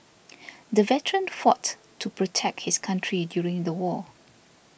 the veteran fought to protect his country during the war